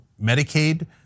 Medicaid